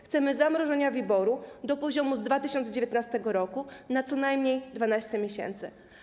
Chcemy zamrożenia WIBOR-u do poziomu z 2019 r. na co najmniej 12 miesięcy.